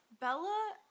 Bella